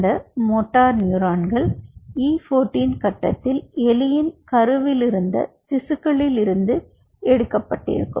அந்த மோட்டார் நியூரோன்கள் E14 கட்டத்தில் எலியின் கருவிலிருந்த திசுக்களில் இருந்து எடுக்கப்பட்டிருக்கும்